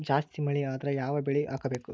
ಜಾಸ್ತಿ ಮಳಿ ಆದ್ರ ಯಾವ ಬೆಳಿ ಹಾಕಬೇಕು?